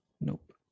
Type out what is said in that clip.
Nope